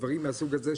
דברים מהסוג הזה,